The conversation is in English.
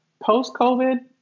post-covid